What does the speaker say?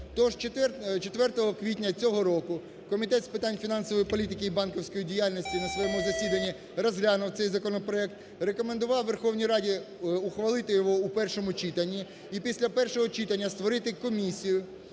Тож, 4 квітня цього року Комітет з питань фінансової політики і банківської діяльності на своєму засіданні розглянув цей законопроект, рекомендував Верховній Раді ухвалити його в першому читанні. І після першого читання створити комісію,